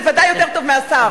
בוודאי יותר טוב מהשר.